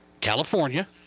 California